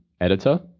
editor